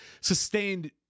sustained